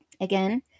Again